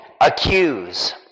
accuse